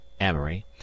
Amory